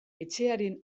etxearen